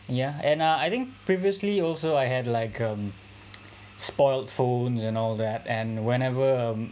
ya and uh I think previously also I had like um spoiled phone and all that and whenever